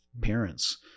parents